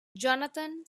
jonathan